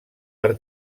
per